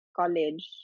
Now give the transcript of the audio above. college